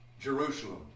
Jerusalem